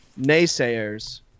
naysayers